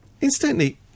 instantly